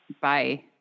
bye